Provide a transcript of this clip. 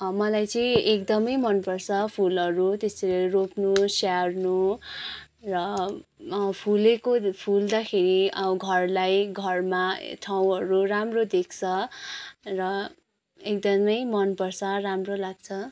मलाई चाहिँ एकदमै मन पर्छ फुलहरू त्यसरी रोप्नु स्याहार्नु र फुलेको फुल्दाखेरि घरलाई घरमा ठाउँहरू राम्रो देख्छ र एकदमै मन पर्छ राम्रो लाग्छ